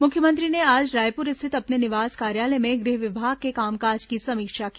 मुख्यमंत्री ने आज रायपुर स्थित अपने निवास कार्यालय में गृह विभाग के कामकाज की समीक्षा की